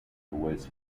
was